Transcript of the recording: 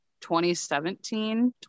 2017